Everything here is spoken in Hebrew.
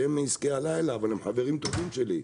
שהם מעסקי הלילה, אבל הם חברים טובים שלי.